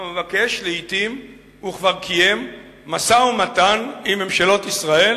המבקש לעתים וכבר קיים משא-ומתן עם ממשלות ישראל